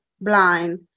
blind